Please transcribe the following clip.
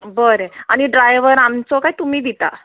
बरें आनी ड्रायवर आमचो काय तुमी दिता